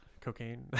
cocaine